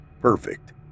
Perfect